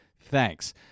Thanks